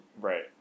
Right